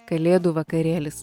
kalėdų vakarėlis